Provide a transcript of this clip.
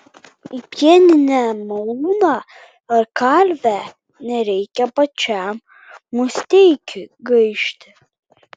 į pieninę malūną ar kalvę nereikia pačiam musteikiui gaišti